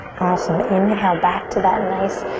awesome, inhale back to that nice,